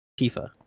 Tifa